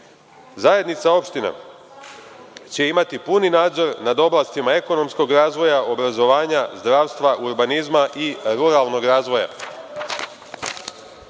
većine. Zajednica opština imaće punu nadzor nad oblastima ekonomskog razvoja, obrazovanja, zdravstva, urbanizma i ruralnog razvoja. Peta